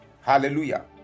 Hallelujah